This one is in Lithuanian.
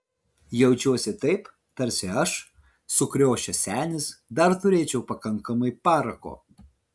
jaučiuosi taip tarsi aš sukriošęs senis dar turėčiau pakankamai parako